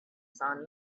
sun